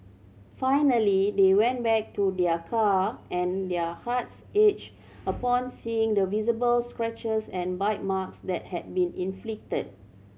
finally they went back to their car and their hearts ached upon seeing the visible scratches and bite marks that had been inflicted